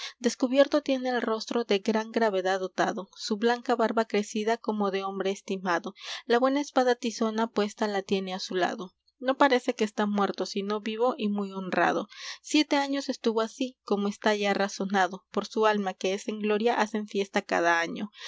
tiene el rostro de gran gravedad dotado su blanca barba crecida como de hombre estimado la buena espada tizona puesta la tiene á su lado no parece que está muerto sino vivo y muy honrado siete años estuvo así como está ya razonado por su alma que es en gloria hacen fiesta cada año